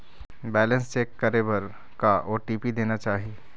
Balance check करे बर का ओ.टी.पी देना चाही?